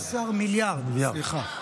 17 מיליארד, סליחה.